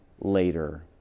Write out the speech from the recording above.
later